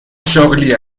شغلی